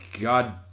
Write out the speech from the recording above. God